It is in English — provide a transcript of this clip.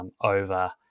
over